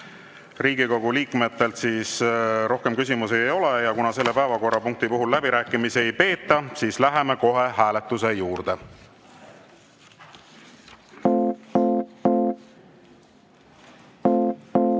Riigikogu liikmetel rohkem küsimusi ei ole. Ja kuna selle päevakorrapunkti puhul läbirääkimisi ei peeta, siis läheme kohe hääletuse juurde.